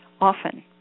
Often